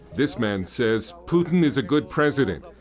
this man says, putin is a good president,